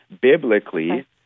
biblically